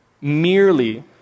merely